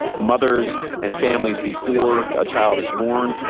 mothers and families before a child is born,